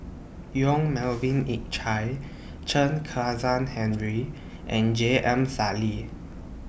Yong Melvin Yik Chye Chen Kezhan Henri and J M Sali